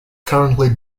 currently